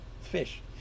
fish